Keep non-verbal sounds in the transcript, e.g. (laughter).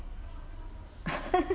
(laughs)